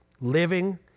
Living